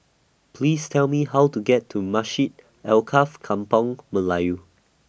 Please Tell Me How to get to Masjid Alkaff Kampung Melayu